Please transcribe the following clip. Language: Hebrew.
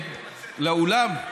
לאולם?